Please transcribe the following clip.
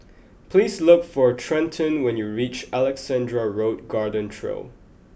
please look for Trenten when you reach Alexandra Road Garden Trail